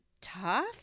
tough